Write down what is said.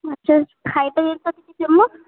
ଆଚ୍ଛା ଖାଇବା ପିଇବା କିଛି ଫେମସ୍